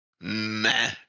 meh